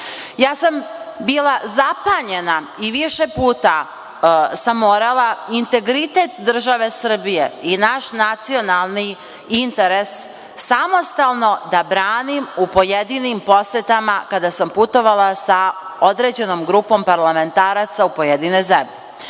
sam bila zapanjena i više puta sam morala integritet države Srbije i naš nacionalni interes samostalno da branim u pojedinim posetama, kada sam putovala sa određenom grupom parlamentaraca u pojedine zemlje. Moram